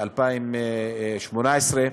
ב-2018.